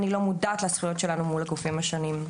לא הייתי מודעת לזכויות שלנו מול הגופים השונים.